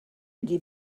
ydy